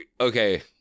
Okay